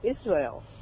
Israel